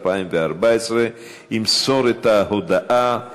התשע"ד 2014, נתקבלה.